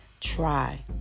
try